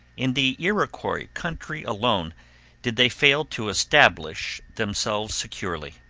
in the iroquois country alone did they fail to establish themselves securely.